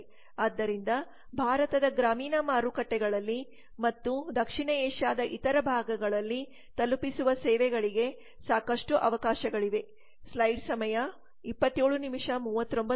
ಆದ್ದರಿಂದ ಭಾರತದ ಗ್ರಾಮೀಣ ಮಾರುಕಟ್ಟೆಗಳಲ್ಲಿ ಮತ್ತು ದಕ್ಷಿಣ ಏಷ್ಯಾದ ಇತರ ಭಾಗಗಳಲ್ಲಿ ತಲುಪಿಸುವ ಸೇವೆಗಳಿಗೆ ಸಾಕಷ್ಟು ಅವಕಾಶಗಳಿವೆ